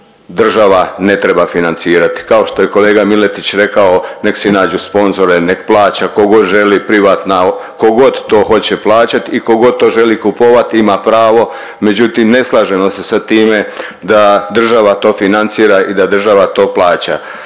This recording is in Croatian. država ne treba financirati. Kao što je kolega Miletić rekao nek si nađu sponzore, nek plaća tko god želi, privatna tko god to hoće plaćati i tko god to želi kupovati ima pravo, međutim ne slažemo se sa time da država to financira i da država to plaća.